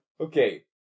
Okay